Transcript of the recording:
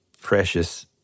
precious